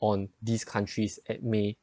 on these countries at may